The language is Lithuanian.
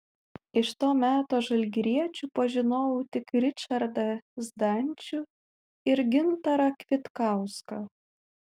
iš to meto žalgiriečių pažinojau tik ričardą zdančių ir gintarą kvitkauską